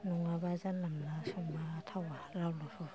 नङाबा जानला मोनला संबा थावा लाव लाव साव साव संबा